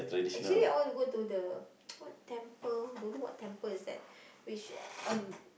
actually I want to go to the what temple don't know what temple is that which uh on